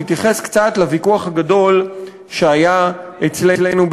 להתייחס קצת לוויכוח הגדול שהיה אצלנו,